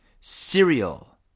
Cereal